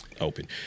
open